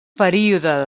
període